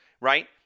Right